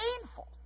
painful